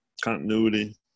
continuity